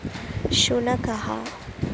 शुनकः